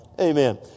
Amen